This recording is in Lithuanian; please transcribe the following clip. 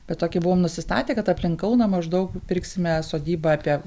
bet tokį buvom nusistatę kad aplink kauną maždaug pirksime sodybą apie